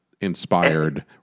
inspired